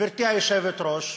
גברתי היושבת-ראש,